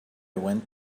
went